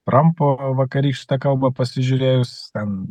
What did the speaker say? trampo vakarykštė kalba pasižiūrėjus ten